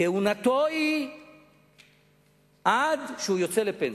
כהונתו היא עד שהוא יוצא לפנסיה.